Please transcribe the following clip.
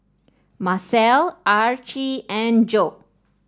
Macel Archie and Joe